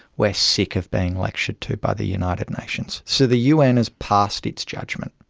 we're sick of being lectured to by the united nations. so the un has passed its judgement.